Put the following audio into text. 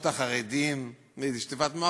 החרדים ואיזו שטיפת מוח,